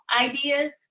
ideas